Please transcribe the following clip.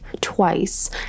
twice